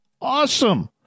awesome